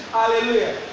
hallelujah